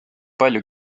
palju